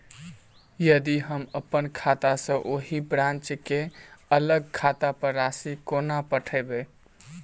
यदि हम अप्पन खाता सँ ओही ब्रांच केँ अलग खाता पर राशि कोना पठेबै?